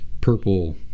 purple